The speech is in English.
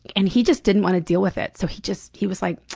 and he just didn't wanna deal with it so he just he was like,